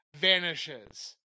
vanishes